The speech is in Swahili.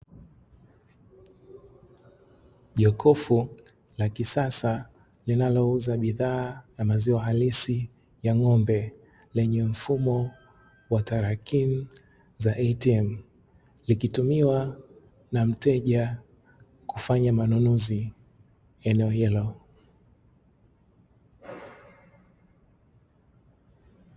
Jokofu la kisasa linalouza bidhaa na maziwa halisi ya ng'ombe, lenye mfumo wa tarakimu za "ATM" likitumiwa na mteja kufanya manunuzi eneo hilo.